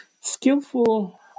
skillful